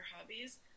hobbies